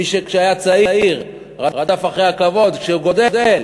מי שכשהיה צעיר רדף אחרי הכבוד, כשהוא גדל,